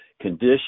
condition